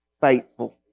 faithful